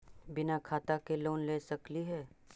बिना खाता के लोन ले सकली हे?